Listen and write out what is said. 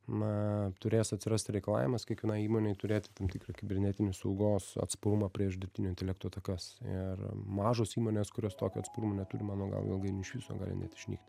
na turės atsirasti reikalavimas kiekvienai įmonei turėti tam tikrą kibernetinės saugos atsparumą prieš dirbtinio intelekto atakas ir mažos įmonės kurios tokio atsparumo neturi mano galva ilgainiui iš viso gali net išnykt